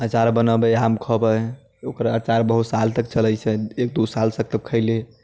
अचार बनेबै आम खबै ओकरा अचार बहुत साल तक चलै छै दू साल तक सब खइली